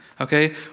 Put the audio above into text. Okay